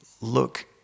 look